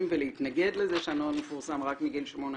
ולהתנגד לזה שהנוהל יפורסם רק מגיל 18